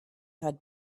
had